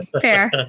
fair